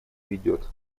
ведет